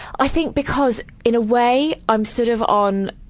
i think because in a way, i'm sort of on,